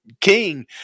king